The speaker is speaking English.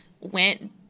went